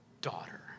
daughter